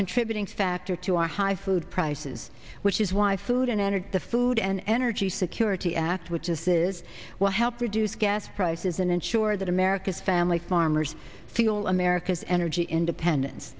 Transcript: contributing factor to our high food prices which is why food and energy the food and energy security act which is this will help reduce gas prices and ensure that america's family farmers feel america's energy independen